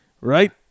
Right